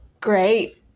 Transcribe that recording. great